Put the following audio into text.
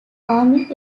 army